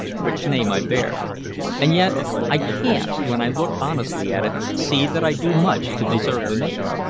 which name i bear and yet i can't, when i look honestly at it, see that i do much to deserve the name.